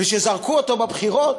כשזרקו אותו בבחירות,